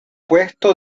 puesto